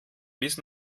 bis